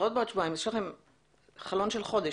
והבחירות בעוד שבועיים, כך שיש לכם חלון של חודש.